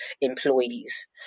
employees